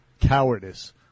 cowardice